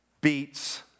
beats